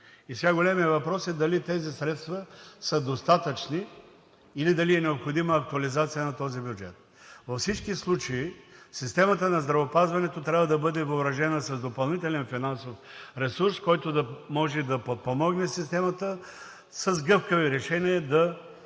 Сега големият въпрос е дали тези средства са достатъчни, или дали е необходима актуализация на този бюджет? Във всички случаи системата на здравеопазването трябва да бъде въоръжена с допълнителен финансов ресурс, който да може да подпомогне системата с гъвкави решения да се